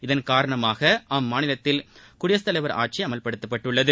இதன் காரணமாக அம்மாநிலத்தில் குடியரசு தலைவர் ஆட்சி அமல்படுத்தப்பட்டுள்ளது